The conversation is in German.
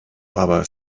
aber